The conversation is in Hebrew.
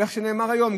ואיך נאמר היום,